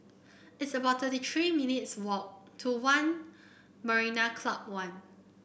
it's about thirty three minutes' walk to One Marina Club One